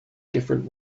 different